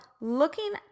looking